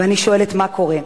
ואני שואלת: מה קורה?